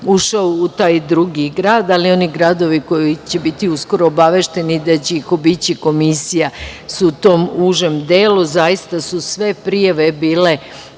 ušao u taj drugi grad, ali oni gradovi koji će biti uskoro obavešteni da će ih obići komisija su u tom užem delu. Zaista su sve prijave bile